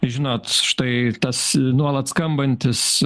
žinot štai tas nuolat skambantis